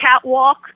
Catwalk